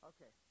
Okay